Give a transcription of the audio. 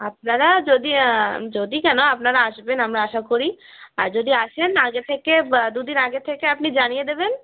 আপনারা যদি যদি কেন আপনারা আসবেন আমরা আশা করি আর যদি আসেন আগে থেকে বা দুদিন আগে থেকে আপনি জানিয়ে দেবেন